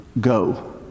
go